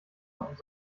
und